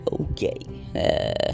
Okay